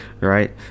Right